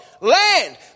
Land